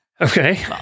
Okay